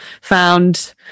found